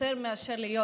יותר מאשר להיות